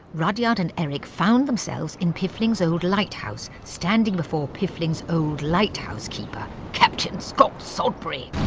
rudyard and eric found themselves in piffling's old lighthouse, standing before piffling's old lighthouse keeper, captain scott sodbury.